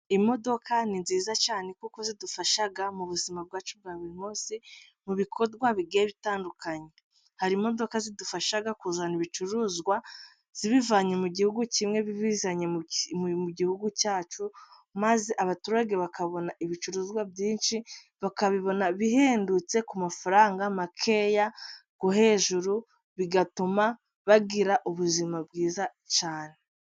Imodoka ni nziza cyane kuko zidufasha mu buzima bwacu bwa buri munsi mu bikorwa bigiye bitandukanye, hari imodoka zidufasha kuzana ibicuruzwa zibivanye mu gihugu kimwe zibizanye mu gihugu cyacu, maze abaturage bakabona ibicuruzwa byinshi bakabibona bihendutse ku mafaranga makeya yo hejuru, bigatuma bagira ubuzima bwiza cyane .